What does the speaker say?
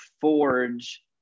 forge